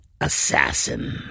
assassin